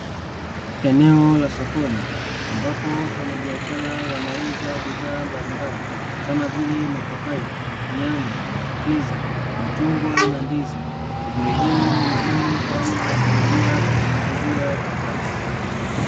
Eneo la sokoni ambapo wafanyabiashara wanauza bidhaa mbalimbali kama vile mapapai, nyanya, ndizi, machungwa na ndizi shughuli hii ni muhimu kwani wasaidia kujiingizia kipato.